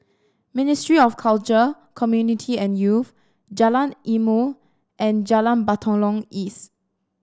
Ministry of Culture Community and Youth Jalan Ilmu and Jalan Batalong East